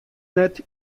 net